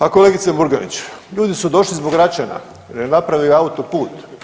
A kolegice Murganić ljudi su došli zbog Račana jer je napravio autoput.